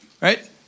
right